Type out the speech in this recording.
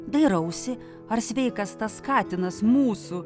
dairausi ar sveikas tas katinas mūsų